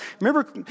Remember